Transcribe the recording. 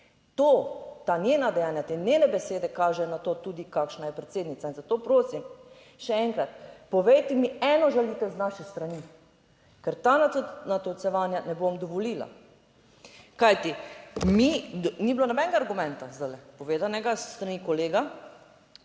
To, ta njena dejanja, te njene besede kažejo na to tudi kakšna je predsednica in zato prosim, še enkrat, povejte mi eno žalitev z naše strani, ker ta natolcevanja ne bom dovolila. Kajti, mi, ni bilo nobenega argumenta zdaj povedanega s strani kolega.